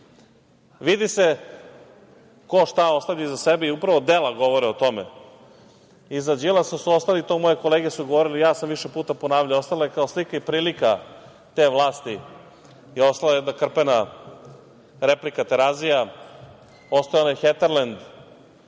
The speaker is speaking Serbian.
tome. Vidi se ko šta ostavlja iza sebe i upravo dela govore o tome. Iza Đilasa su ostali, to su moje kolege govorile i ja sam više puta ponavljao, ostala je kao slika i prilika te vlasti jedna krpena replika Terazija, ostao je onaj Heterlend,